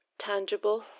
tangible